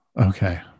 okay